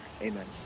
Amen